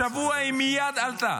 השבוע היא מייד עלתה.